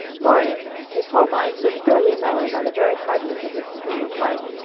maury, his whole mind so thoroughly mellowed by the very hardness of his scheme of life,